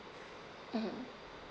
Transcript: mmhmm